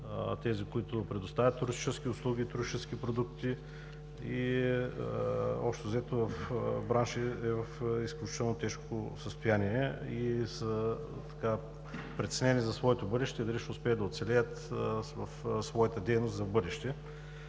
тези, които предоставят туристически услуги и туристически продукти. Общо взето браншът е в изключително тежко състояние - те са притеснени за своето бъдеще и дали ще успеят да оцелеят в своята дейност за в бъдеще.